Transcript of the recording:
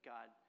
God